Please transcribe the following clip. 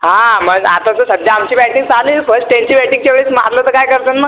हा मग आता तर सध्या आमची बॅटिंग चालू आहे फर्स्ट त्यांची बॅटिंगच्या वेळेस मारलं तर काय करताल मग